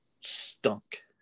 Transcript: stunk